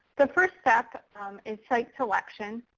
the first step is site selection.